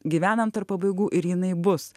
gyvenam tarp pabaigų ir jinai bus